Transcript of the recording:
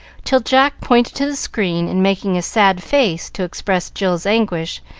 till jack pointed to the screen, and, making a sad face to express jill's anguish,